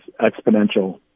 exponential